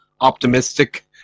optimistic